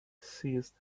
ceased